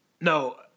No